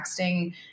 texting